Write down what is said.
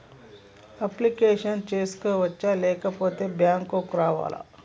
Application చేసుకోవచ్చా లేకపోతే bank రావాలా?